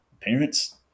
parents